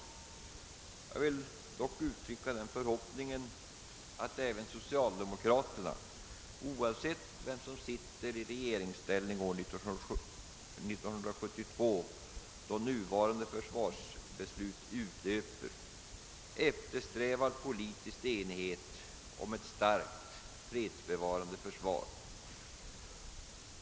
Jag vill dock uttrycka förhoppningen att även socialdemokraterna, oavsett vem som sitter i regeringsställning år 1972 då nuvarande försvarsbeslut utlöper, eftersträvar politisk enighet om ett starkt, fredsbevarande försvar.